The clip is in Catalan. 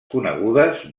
conegudes